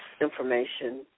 information